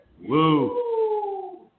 Woo